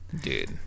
Dude